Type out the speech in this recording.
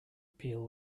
peel